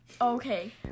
Okay